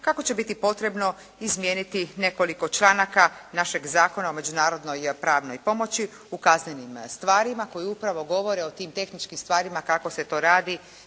kako će biti potrebno izmijeniti nekoliko članaka našeg Zakona o međunarodnoj pravnoj pomoći u kaznenim stvarima koji upravo govore o tim tehničkim stvarima kako se to radi,